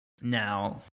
Now